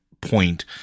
point